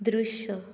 दृश्य